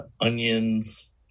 onions